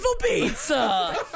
pizza